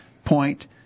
Point